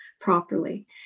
properly